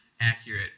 accurate